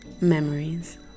memories